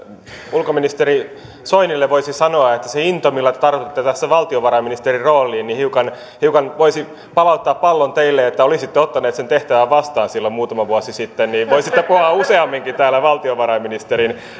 ulkoministeri soinille voisi sanoa siitä innosta millä te tartuitte tässä valtiovarainministerin rooliin että hiukan voisi palauttaa pallon teille että olisitte ottanut sen tehtävän vastaan silloin muutama vuosi sitten niin voisitte puhua useamminkin täällä valtiovarainministerin